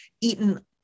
eaten